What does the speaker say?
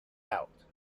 out